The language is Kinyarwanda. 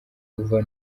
uva